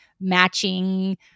matching